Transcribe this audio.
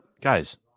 guys –